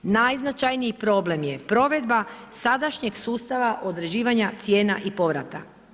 Najznačajniji problem je provedba sadašnjeg sustava određivanja cijena i povrata.